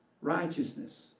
righteousness